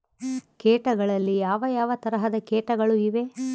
ಕೇಟಗಳಲ್ಲಿ ಯಾವ ಯಾವ ತರಹದ ಕೇಟಗಳು ಇವೆ?